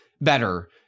better